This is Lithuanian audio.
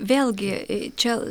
vėlgi čia